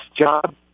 job